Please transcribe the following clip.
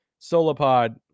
Solopod